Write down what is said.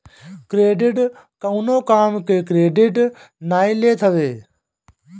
credit कवनो काम के क्रेडिट नाइ लेत हवे